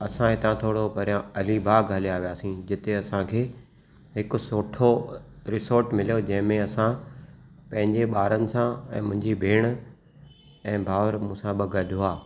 असां हितां थोरो परियां अलीबाग हलिया वियासीं जिते असांखे हिकु सुठो रिसोट मिलियो जंहिंमें असां पंहिंजे ॿारनि सां ऐं मुंहिंजी भेण ऐं भाउर मूंसां बि गॾु हुआ